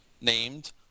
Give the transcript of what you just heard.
named